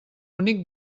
bonic